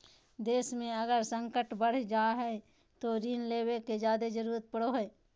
देश मे अगर संकट बढ़ जा हय तो ऋण लेवे के जादे जरूरत पड़ो हय